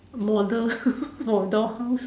model for a doll house